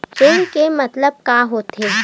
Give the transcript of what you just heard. ऋण के मतलब का होथे?